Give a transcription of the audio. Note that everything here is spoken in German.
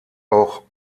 auch